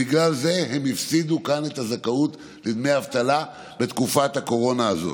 בגלל זה הם הפסידו כאן את הזכאות לדמי אבטלה בתקופת הקורונה הזאת.